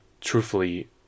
truthfully